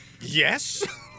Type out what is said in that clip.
Yes